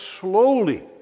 slowly